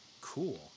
cool